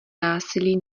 násilí